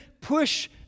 push